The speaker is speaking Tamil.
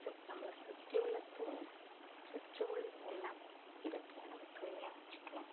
நம்மளை சுற்றி உள்ள தூய் சுற்றி உள்ள எல்லா இடத்தையும் நம்ம தூய்மையாக வச்சுக்கணும்